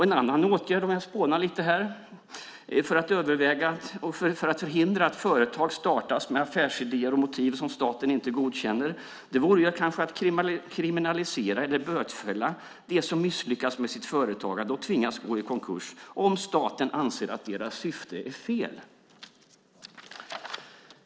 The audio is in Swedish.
En annan åtgärd - för att nu spåna lite grann här - för att förhindra att företag startas med affärsidéer och motiv som staten inte godkänner vore kanske att kriminalisera eller bötfälla dem som misslyckas med sitt företagande och som tvingas gå i konkurs om staten anser att syftet är fel.